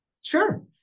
Sure